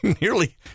nearly